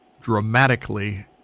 dramatically